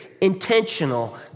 intentional